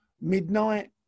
midnight